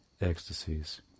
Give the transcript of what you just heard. ecstasies